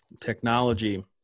technology